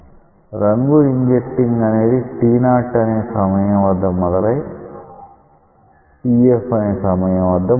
రంగు ఇంజెక్టింగ్ అనేది t0 అనే సమయం వద్ద మొదలై tf అనే సమయం వద్ద ముగిసింది